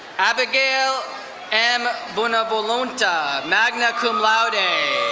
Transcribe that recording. abigail m. boonevolunta, magna cum laude. ah